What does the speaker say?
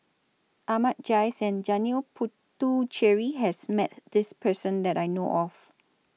Ahmad Jais and Janil Puthucheary has Met This Person that I know of